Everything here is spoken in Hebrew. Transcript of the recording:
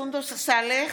סונדוס סאלח,